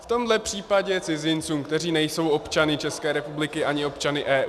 V tomhle případě cizincům, kteří nejsou občany České republiky ani občany EU.